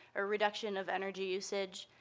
ah reduction of energy usage.